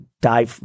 die